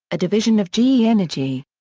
a division of ge energy.